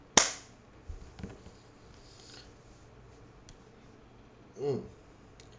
mm